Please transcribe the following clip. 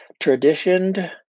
traditioned